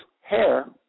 hair